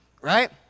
Right